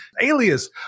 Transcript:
alias